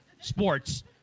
sports